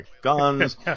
guns